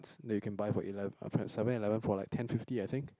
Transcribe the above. that you can buy from Eleven from Seven Eleven for like ten fifty I think